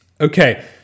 okay